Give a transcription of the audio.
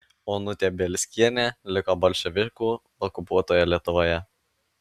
onutė bielskienė liko bolševikų okupuotoje lietuvoje